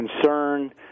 concern